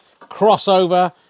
crossover